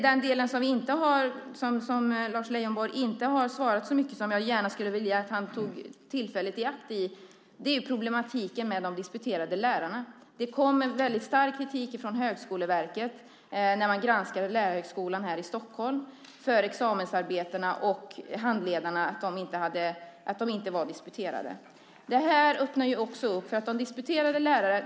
Den del som Lars Leijonborg inte har svarat så mycket på men som jag gärna skulle vilja att han tog tillfället i akt att svara på är problematiken med de disputerade lärarna. Det kom väldigt stark kritik från Högskoleverket när man granskade lärarhögskolan här i Stockholm för examensarbetena och för att handledarna inte var disputerade.